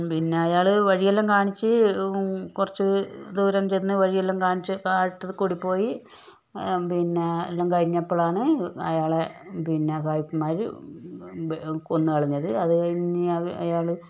പിന്നെ അയാള് വഴിയെല്ലാം കാണിച്ച് കുറച്ച് ദൂരം ചെന്ന് വഴിയെല്ലാം കാണിച്ച് കാട്ടി കൊടുത്തപ്പോഴ് പിന്നെ എല്ലാം കഴിഞ്ഞപ്പോഴാണ് അയാളെ പിന്നെ സായിപ്പ്മാര് കൊന്ന് കളഞ്ഞത് അത് കഴിഞ്ഞു അയാള്